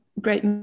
great